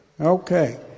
Okay